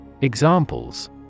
Examples